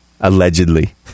Allegedly